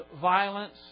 violence